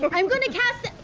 but i'm going to cast,